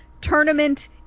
tournament